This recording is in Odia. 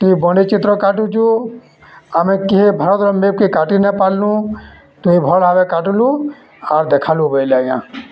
ତୁଇ ବନେ ଚିତ୍ର କାଟୁଛୁ ଆମେ କିଏ ଭାରତ୍ର ମେପ୍କେ କାଟି ନାଇ ପାର୍ଲୁଁ ତୁଇ ଭଲ୍ ଭାବେ କାଟ୍ଲୁ ଆର୍ ଦେଖାଲୁ ବେଲେ ଆଜ୍ଞା